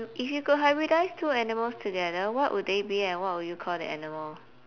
if you could hybridise two animals together what would they be and what would you call the animal